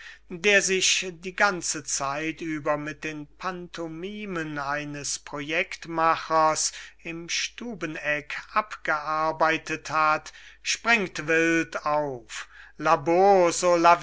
der sich die ganze zeit über mit den pantomimen eines projektmachers im stubeneck abgearbeitet hat springt wild auf